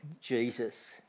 Jesus